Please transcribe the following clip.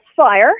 fire